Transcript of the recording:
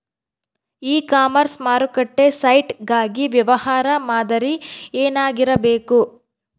E commerce ಮಾರುಕಟ್ಟೆ site ಗಾಗಿ ವ್ಯವಹಾರ ಮಾದರಿ ಏನಾಗಿರಬೇಕು?